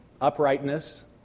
uprightness